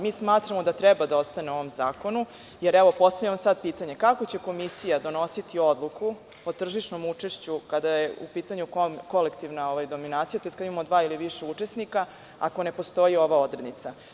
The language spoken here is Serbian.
Mi smatramo da treba da ostane u ovom zakonu, jer, evo, postavljam vam sad sledeće pitanje – kako će komisija donositi odluku o tržišnom učešću kada je u pitanju kolektivna dominacija, tj. kada imamo dva ili više učesnika, ako ne postoji ova odrednica?